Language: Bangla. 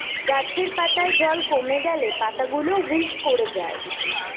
গাছের পাতায় জল কমে গেলে পাতাগুলো উইল্ট করে যায়